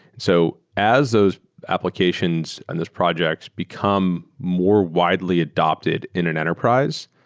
so as those applications and those projects become more widely adapted in an enterprise,